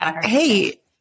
Hey